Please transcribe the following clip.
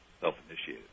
self-initiated